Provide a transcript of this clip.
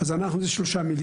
אז אנחנו זה 3 מיליארד.